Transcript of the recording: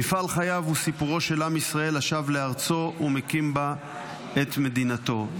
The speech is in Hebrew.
מפעל חייו הוא סיפורו של עם ישראל השב לארצו ומקים בה את מדינתנו.